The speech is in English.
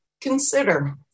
Consider